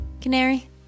Canary